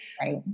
Right